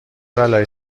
بلایی